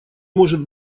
может